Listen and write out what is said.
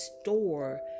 store